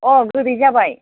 अह गोदै जाबाय